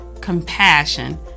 compassion